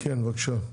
כן, בבקשה.